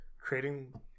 Creating